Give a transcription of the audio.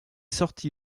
sorti